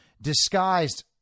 disguised